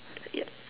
yup